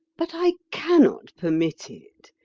but i cannot permit it.